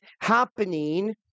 happening